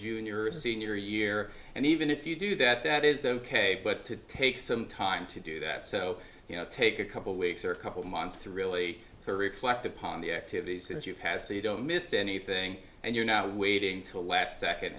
junior or senior year and even if you do that that is ok but to take some time to do that so you know take a couple weeks or a couple months to really reflect upon the activities since you've passed so you don't miss anything and you're not waiting to last second